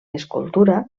escultura